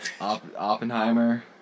Oppenheimer